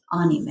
anime